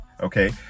Okay